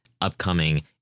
upcoming